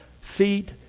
feet